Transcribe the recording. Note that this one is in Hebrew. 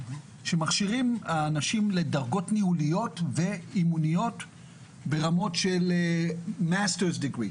שמכשירים אנשים לדרגות ניהוליות ואימוניות ברמות של Masters Degree.